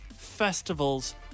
festivals